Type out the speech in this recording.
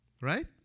Right